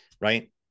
right